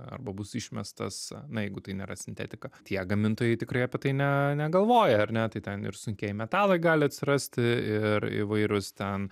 arba bus išmestas na jeigu tai nėra sintetika tie gamintojai tikrai apie tai ne negalvoja ar ne tai ten ir sunkieji metalai gali atsirasti ir įvairūs ten